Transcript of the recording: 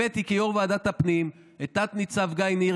הבאתי כיו"ר ועדת הפנים את תת-ניצב גיא ניר